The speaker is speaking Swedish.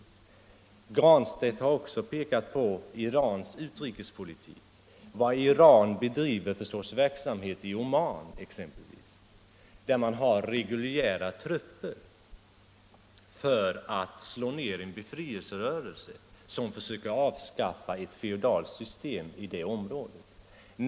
Herr Granstedt har också pekat på Irans utrikespolitik och vilken sorts verksamhet man bedriver exempelvis i Oman där man har reguljära trupper för att slå ner en befrielserörelse som försöker avskaffa ett feodalt system i det området.